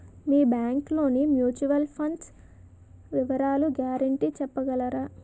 మీ bank లోని mutual fund వివరాల guarantee చెప్పగలరా?